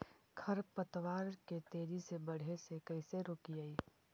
खर पतवार के तेजी से बढ़े से कैसे रोकिअइ?